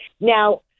Now